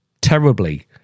terribly